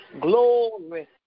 Glory